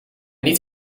niet